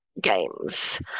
Games